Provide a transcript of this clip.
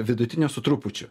vidutinio su trupučiu